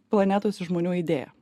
planetos žmonių idėja